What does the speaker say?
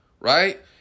Right